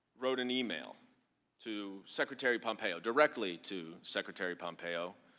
wrote an email to secretary pompeo, directly to secretary pompeo.